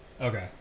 Okay